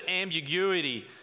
ambiguity